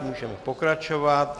Můžeme pokračovat.